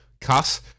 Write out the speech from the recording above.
Cuss